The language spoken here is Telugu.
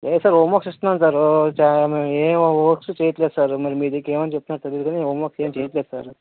లేదు సార్ హోమ్వర్క్స్ ఇస్తున్నాము సారు ఏం వర్క్సు చెయ్యట్లేదు సారు మరి మీకేమని చెప్తున్నాడో తెలీదు కానీ హోమ్ వర్క్సు చెయ్యట్లేదు సారు